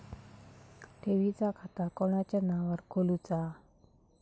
ठेवीचा खाता कोणाच्या नावार खोलूचा?